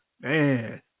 Man